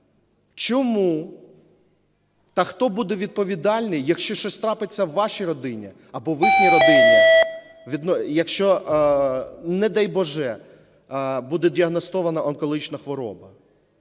чому та хто буде відповідальний, якщо щось трапиться у вашій родині або в їхній родині, якщо, не дай боже, буде діагностована онкологічна хвороба?